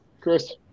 Chris